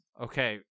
Okay